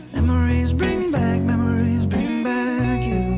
memories bring back memories bring back you